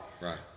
Right